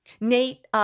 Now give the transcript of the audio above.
Nate